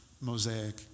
Mosaic